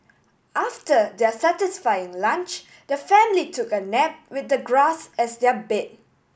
after their satisfying lunch the family took a nap with the grass as their bed